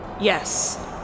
Yes